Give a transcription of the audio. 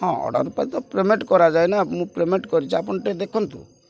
ହଁ ଅର୍ଡ଼ର ପାଇଁ ତ ପେମେଣ୍ଟ କରାଯାଏ ନା ମୁଁ ପେମେଣ୍ଟ କରିଛି ଆପଣ ଟିକେ ଦେଖନ୍ତୁ